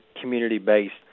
community-based